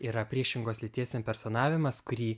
yra priešingos lyties impersonavimas kurį